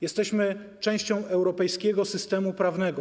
Jesteśmy częścią europejskiego systemu prawnego.